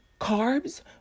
carbs